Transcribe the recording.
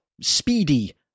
speedy